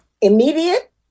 immediate